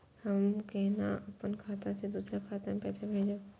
हम केना अपन खाता से दोसर के खाता में पैसा भेजब?